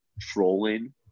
trolling